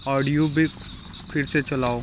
ऑडियूबिक फिर से चलाओ